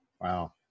wow